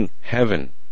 heaven